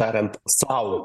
tariant sau